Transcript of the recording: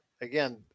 again